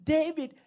David